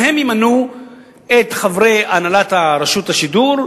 והם ימנו את חברי הנהלת רשות השידור,